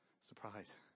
Surprise